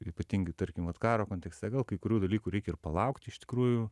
ypatingai tarkim vat karo kontekste gal kai kurių dalykų reikia ir palaukti iš tikrųjų